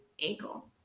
ankle